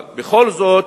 אבל בכל זאת,